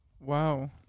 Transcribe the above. Wow